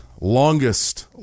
longest